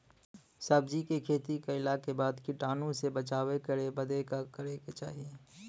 सब्जी के खेती कइला के बाद कीटाणु से बचाव करे बदे का करे के चाही?